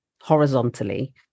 horizontally